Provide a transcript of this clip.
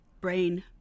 brain